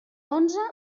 onze